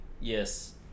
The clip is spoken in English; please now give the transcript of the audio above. Yes